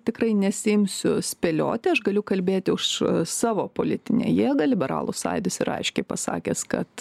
tikrai nesiimsiu spėlioti aš galiu kalbėti už savo politinę jėgą liberalų sąjūdis yra aiškiai pasakęs kad